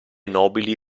nobili